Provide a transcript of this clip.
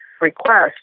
request